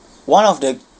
one of the